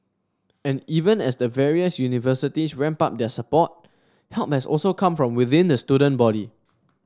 and even as the various universities ramp up their support help has also come from within the student body